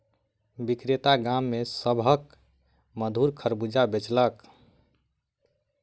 विक्रेता गाम में सभ के मधुर खरबूजा बेचलक